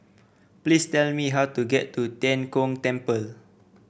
please tell me how to get to Tian Kong Temple